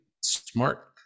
smart